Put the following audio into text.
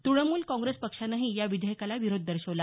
तृणमूल काँग्रेस पक्षानंही या विधेयकाला विरोध दर्शवला